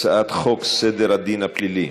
הצעת חוק סדר הדין הפלילי,